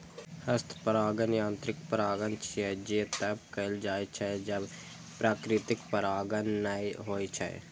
हस्त परागण यांत्रिक परागण छियै, जे तब कैल जाइ छै, जब प्राकृतिक परागण नै होइ छै